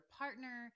partner